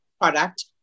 product